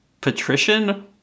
patrician